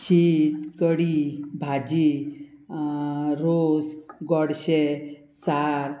शीत कडी भाजी रोस गोडशें सार